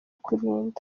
kurinda